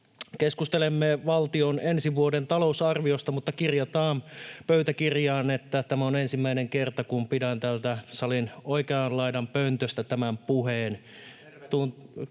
Keskustelemme valtion ensi vuoden talousarviosta, mutta kirjataan pöytäkirjaan, että tämä on ensimmäinen kerta, kun pidän täältä salin oikean laidan pöntöstä tämän puheen.